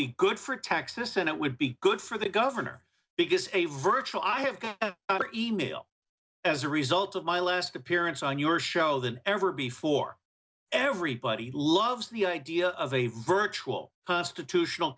be good for texas and it would be good for the governor biggest a virtual i have e mail as a result of my last appearance on your show than ever before everybody loves the idea of a virtual constitutional